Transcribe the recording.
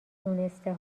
دونسته